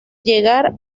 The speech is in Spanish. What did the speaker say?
llegar